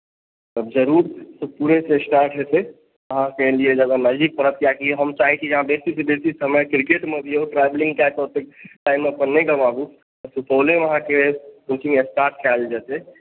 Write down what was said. जरुर सुतपुरेसँ स्टार्ट हेतय अहाँके लिए जगह नजदीक परत किआकि हम चाहैत छी जे अहाँ बेसीसँ बेसी समय क्रिकेटमे दिऔ ट्रैव्लिंग कैके ओतय टाइम अपन नहि गमाबूँ सुपौलेमे अहाँकें कोचिंग स्टार्ट कयल जेतय